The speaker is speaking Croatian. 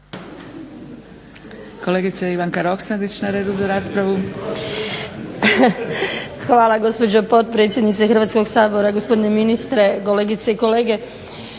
Kolegica Ivanka Roksandić na redu za raspravu. **Roksandić, Ivanka (HDZ)** Hvala gospođo potpredsjednice Hrvatskog sabora. Gospodine ministre, kolegice i kolege.